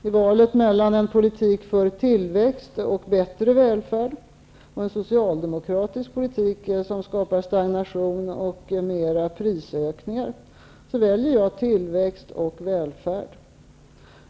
I valet mellan en politik för tillväxt och bättre välfärd och en socialdemokratisk politik, som skapar stagnation och ytterligare prisökningar, väljer jag tillväxt och välfärd.